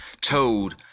towed